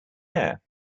air